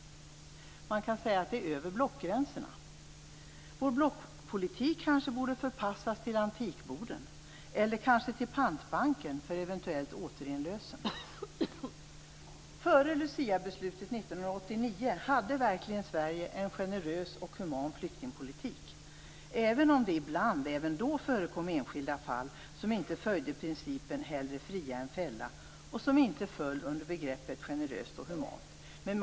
Man kan säga att det är över blockgränserna. Vår blockpolitik kanske borde förpassas till antikboden eller till pantbanken för eventuellt återinlösen. Före Luciabeslutet 1989 hade verkligen Sverige en generös och human flyktingpolitik, även om det ibland även då förekom enskilda fall som inte följde principen att hellre fria än fälla och som inte föll under begreppet generöst och humant.